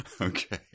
Okay